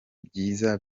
byiza